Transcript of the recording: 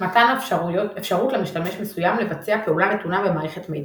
מתן אפשרות למשתמש מסוים לבצע פעולה נתונה במערכת מידע.